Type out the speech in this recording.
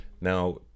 Now